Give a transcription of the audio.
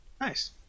Nice